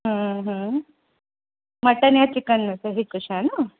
mutton यां chicken में त हिक शइ न